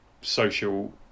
social